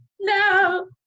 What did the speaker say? no